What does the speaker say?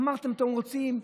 אמרתם שאתם רוצים,